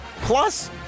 plus